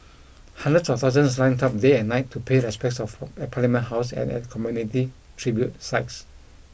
hundreds of thousands lined up day and night to pay respects of at Parliament House and at community tribute sites